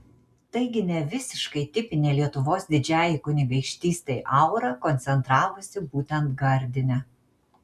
taigi ne visiškai tipinė lietuvos didžiajai kunigaikštystei aura koncentravosi būtent gardine